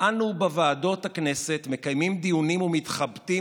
אנו בוועדות הכנסת מקיימים דיונים ומתחבטים